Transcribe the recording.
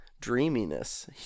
dreaminess